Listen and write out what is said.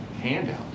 handout